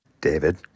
David